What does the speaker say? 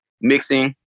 mixing